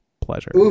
pleasure